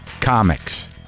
comics